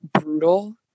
brutal